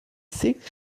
six